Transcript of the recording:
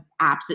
apps